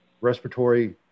respiratory